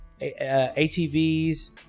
atvs